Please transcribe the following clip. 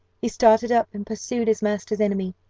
he started up, and pursued his master's enemy.